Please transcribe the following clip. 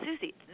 Susie